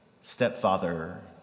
stepfather